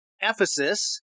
Ephesus